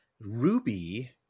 Ruby